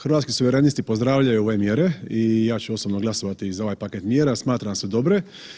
Hrvatski suverenisti pozdravljaju ove mjere i ja ću osobno glasovati za ovaj paket mjera, smatram da su dobre.